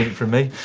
for me.